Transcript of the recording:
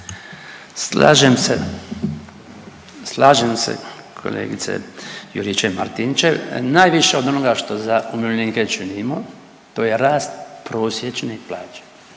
Slažem se, slažem se kolegice Juričev-Martinčev. Najviše od onoga što za umirovljenike činimo to je rast prosječne plaće,